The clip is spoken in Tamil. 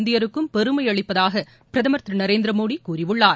இந்தியருக்கும் பெருமை அளிப்பதாக பிரதமர் திரு நரேந்திரமோடி கூறியுள்ளார்